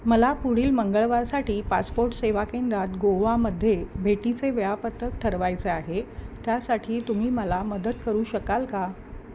मला पुढील मंगळवारसाठी पासपोर्ट सेवा केंद्रात गोवामध्ये भेटीचे वेळापत्रक ठरवायचे आहे त्यासाठी तुम्ही मला मदत करू शकाल का